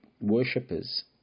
worshippers